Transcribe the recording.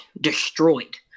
destroyed